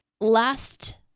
last